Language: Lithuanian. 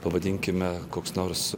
pavadinkime koks nors